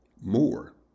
more